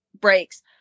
breaks